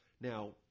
Now